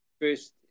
first